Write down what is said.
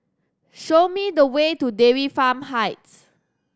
show me the way to Dairy Farm Heights